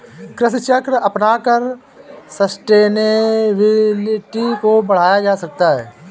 कृषि चक्र अपनाकर सस्टेनेबिलिटी को बढ़ाया जा सकता है